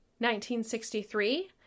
1963